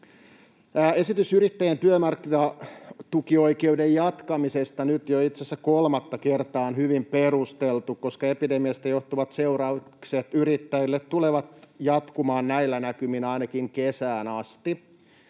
Esitys yrittäjien työmarkkinatukioikeuden jatkamisesta, nyt jo itse asiassa kolmatta kertaa, on hyvin perusteltu, koska epidemiasta johtuvat seuraukset yrittäjille tulevat jatkumaan näillä näkymin ainakin kesään asti.